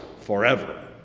forever